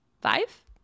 five